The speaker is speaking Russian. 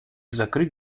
закрыть